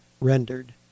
rendered